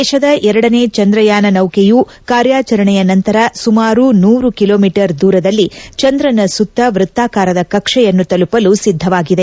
ದೇಶದ ಎರಡನೇ ಚಂದ್ರಯಾನ ನೌಕೆಯ ಕಾರ್ಯಾಚರಣೆಯ ನಂತರ ಸುಮಾರು ನೂರು ಕಿಲೋಮೀಟರ್ ದೂರದಲ್ಲಿ ಚಂದ್ರನ ಸುತ್ತ ವೃತ್ತಾಕಾರದ ಕಕ್ಷೆಯನ್ನು ತಲುಪಲು ಸಿದ್ದವಾಗಿದೆ